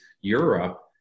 Europe